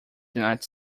knight